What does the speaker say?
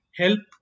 help